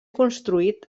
construït